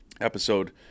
episode